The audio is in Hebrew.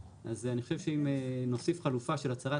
אז אני חושב שאם נוסיף חלופה של הצהרת